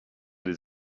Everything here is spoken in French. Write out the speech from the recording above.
des